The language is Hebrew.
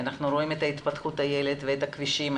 אנחנו רואים את התפתחות הילד ואת הכבישים,